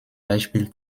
beispiel